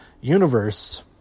universe